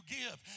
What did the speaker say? give